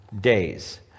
days